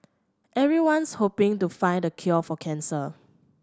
everyone's hoping to find the cure for cancer